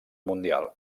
mundial